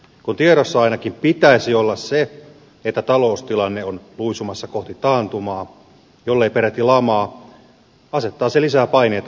kun tiedossa ainakin pitäisi olla se että taloustilanne on luisumassa kohti taantumaa jollei peräti lamaa asettaa se lisää paineita oikeansuuntaisiin ratkaisuihin